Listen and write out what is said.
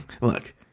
Look